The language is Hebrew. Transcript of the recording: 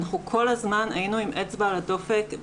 אנחנו כל הזמן היינו עם אצבע על הדופק.